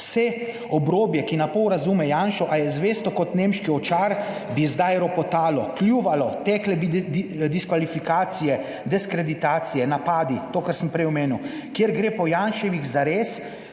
"…vse obrobje, ki na pol razume Janšo ali je zvesto kot nemški ovčar, bi zdaj ropotalo, kljuvalo(?), tekle bi diskvalifikacije, diskreditacije, napadi." To, kar sem prej omenil, "…kjer gre po Janševih zares,